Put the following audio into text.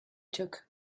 took